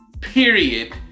Period